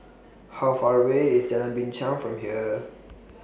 How Far away IS Jalan Binchang from here